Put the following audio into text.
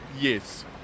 Yes